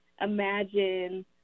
imagine